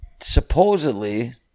supposedly